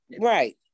Right